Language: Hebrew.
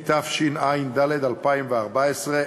התשע"ד 2014,